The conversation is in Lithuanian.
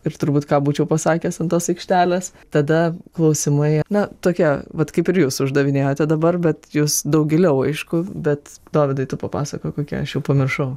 ir turbūt ką būčiau pasakęs ant tos aikštelės tada klausimai na tokie vat kaip ir jūs uždavinėjote dabar bet jūs daug giliau aišku bet dovydai tu papasakok kokie aš jau pamiršau